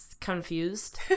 confused